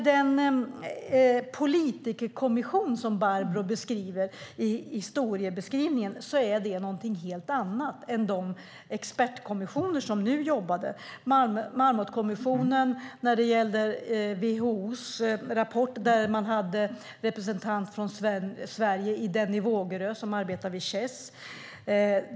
Den politikerkommission som Barbro Westerholm gjorde en historiebeskrivning av är något helt annat än de expertkommissioner som nu jobbar. Marmotkommissionen, när det gäller WHO:s rapport, hade en representant från Sverige i Denny Vågerö, som arbetar vid Chess.